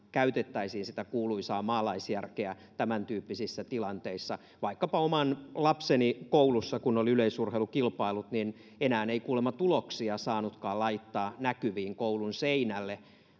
käytettäisiin sitä kuuluisaa maalaisjärkeä tämäntyyppisissä tilanteissa vaikkapa siinä kun oman lapseni koulussa kun oli yleisurheilukilpailut niin enää ei kuulemma tuloksia saanutkaan laittaa näkyviin koulun seinälle